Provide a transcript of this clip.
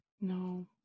No